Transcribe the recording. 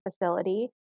facility